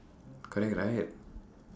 correct right